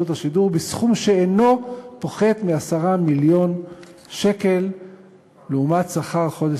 השידור בסכום שאינו פוחת מ-10 מיליון שקל לעומת שכר חודש